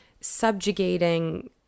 subjugating